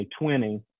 2020